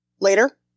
later